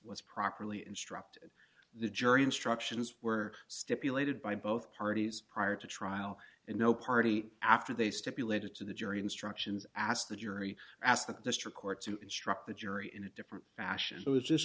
was properly instructed the jury instructions were stipulated by both parties prior to trial and no party after they stipulated to the jury instructions ask the jury ask the district court to instruct the jury in a different fashion it was just